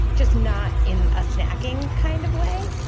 just not in a snacking kind of way.